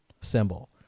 symbol